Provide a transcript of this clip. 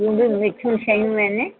उहा मिक्स शयूं आहिनि